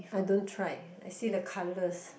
I don't tried I see the colours